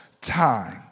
time